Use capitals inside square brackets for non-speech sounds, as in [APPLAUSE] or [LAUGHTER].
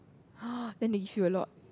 [NOISE] then they give you a lot